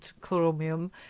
chromium